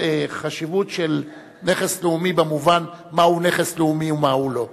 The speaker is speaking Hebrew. חשיבות של נכס לאומי במובן מה הוא נכס לאומי ומה הוא לא.